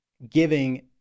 giving